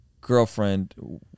girlfriend